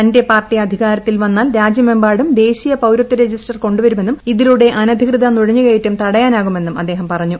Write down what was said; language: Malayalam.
തന്റെ പാർട്ടി അധികാരത്തിൽ വന്നാൽ രാജ്യമെമ്പാടും ദേശീയ പൌരത്വ രജിസ്റ്റർ കൊണ്ടുവരുമെന്നും ഇതിലൂടെ അനധികൃത നുഴഞ്ഞുകയറ്റം തടയാനാകുമെന്നും അദ്ദേഹം പറഞ്ഞു